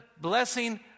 blessing